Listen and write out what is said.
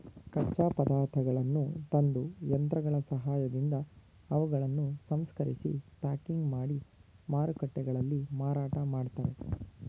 ಕಚ್ಚಾ ಪದಾರ್ಥಗಳನ್ನು ತಂದು, ಯಂತ್ರಗಳ ಸಹಾಯದಿಂದ ಅವುಗಳನ್ನು ಸಂಸ್ಕರಿಸಿ ಪ್ಯಾಕಿಂಗ್ ಮಾಡಿ ಮಾರುಕಟ್ಟೆಗಳಲ್ಲಿ ಮಾರಾಟ ಮಾಡ್ತರೆ